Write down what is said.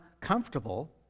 comfortable